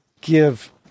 give